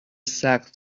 سقف